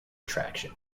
attraction